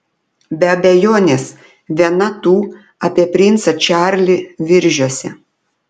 be abejonės viena tų apie princą čarlį viržiuose